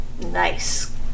Nice